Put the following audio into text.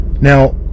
now